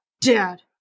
Dad